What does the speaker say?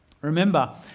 Remember